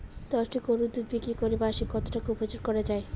দশটি গরুর দুধ বিক্রি করে মাসিক কত টাকা উপার্জন করা য়ায়?